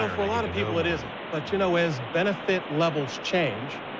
um a lot of people it isn't. but you know as benefit levels change,